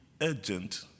urgent